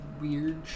weird